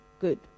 good